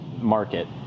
market